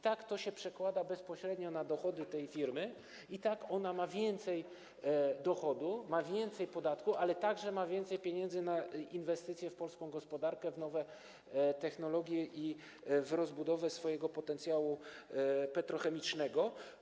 To się przekłada bezpośrednio na dochody tej firmy i ona ma większy dochód, ma wyższy podatek, ale także ma więcej pieniędzy na inwestycje w polską gospodarkę, w nowe technologie i w rozbudowę swojego potencjału petrochemicznego.